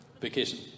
Vacation